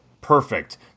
perfect